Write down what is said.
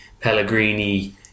Pellegrini